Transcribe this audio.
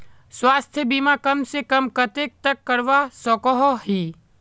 स्वास्थ्य बीमा कम से कम कतेक तक करवा सकोहो ही?